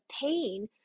pain